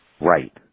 Right